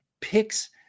picks